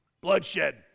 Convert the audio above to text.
Bloodshed